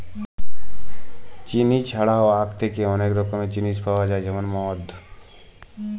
chilli ছাড়াও আখ থ্যাকে অলেক রকমের জিলিস পাউয়া যায় যেমল মদ